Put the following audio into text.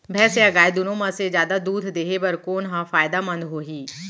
भैंस या गाय दुनो म से जादा दूध देहे बर कोन ह फायदामंद होही?